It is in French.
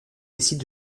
décide